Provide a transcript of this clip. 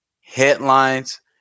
headlines